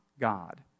God